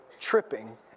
tripping